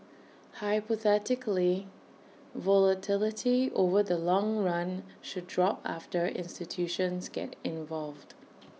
hypothetically volatility over the long run should drop after institutions get involved